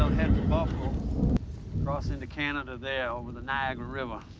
head for buffalo cross into canada there, over the niagara river.